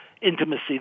intimacy